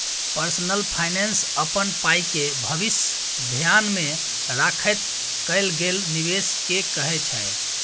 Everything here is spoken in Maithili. पर्सनल फाइनेंस अपन पाइके भबिस धेआन मे राखैत कएल गेल निबेश केँ कहय छै